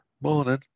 morning